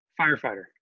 Firefighter